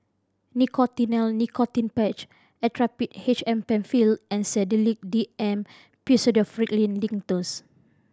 Nicotinell Nicotine Patch Actrapid H M Penfill and Sedilix D M Pseudoephrine Linctus